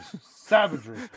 Savagery